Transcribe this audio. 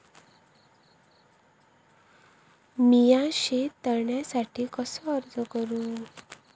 मीया शेत तळ्यासाठी कसो अर्ज करू?